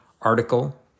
article